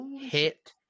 hit